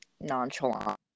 nonchalant